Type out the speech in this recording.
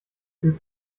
fühlt